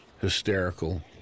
hysterical